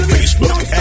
Facebook